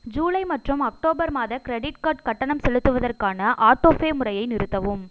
ஜூலை மற்றும் அக்டோபர் மாத credit card கட்டணம் செலுத்துவதற்கான ஆட்டோபே முறையை நிறுத்தவும்